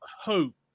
Hope